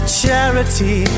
charity